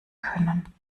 können